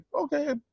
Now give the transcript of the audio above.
okay